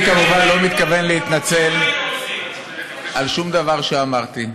אני כמובן לא מתכוון להתנצל על שום דבר שאמרתי.